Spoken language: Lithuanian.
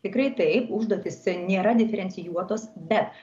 tikrai taip užduotys nėra diferencijuotos bet